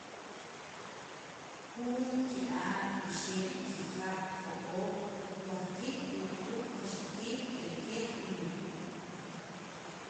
juun, ki'ab', ixeb', kijab', jo'oob', wajqiib', wuquub', wajxaqiib', b'elejeeb', lujuuj.